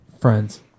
Friends